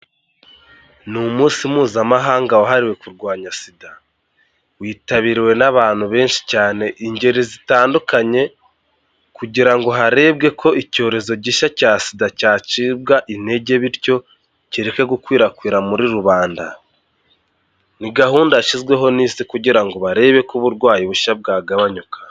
Ni umunsi mpuzamahanga wahariwe kurwanya SIDA, witabiriwe n'abantu benshi cyane ingeri zitandukanye kugira ngo harebwe ko icyorezo gishya cya SIDA cyacibwa intege bityo kireke gukwirakwira muri rubanda, ni gahunda yashyizweho n'Isi kugira ngo barebe ko uburwayi bushya bwagabanyuka.